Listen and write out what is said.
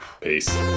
Peace